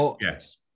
Yes